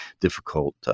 difficult